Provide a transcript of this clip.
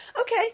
okay